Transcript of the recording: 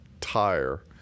tire